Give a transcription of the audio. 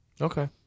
Okay